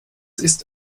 ist